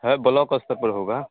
है बलॉक स्तर पर होगा